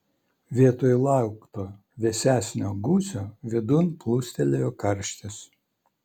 vietoj laukto vėsesnio gūsio vidun plūstelėjo karštis